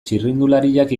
txirrindulariak